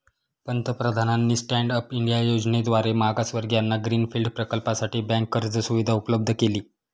पंतप्रधानांनी stand up India योजनेद्वारे मागासवर्गीयांना ग्रीन फील्ड प्रकल्पासाठी बँक कर्ज सुविधा उपलब्ध केली